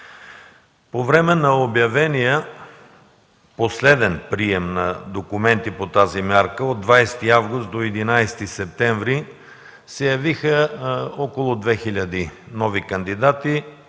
По време на обявения последен прием на документи по тази мярка от 20 август до 11 септември се явиха около 2000 нови кандидати,